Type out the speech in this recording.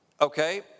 okay